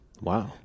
Wow